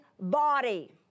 body